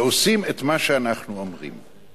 ועושים את מה שאנחנו אומרים.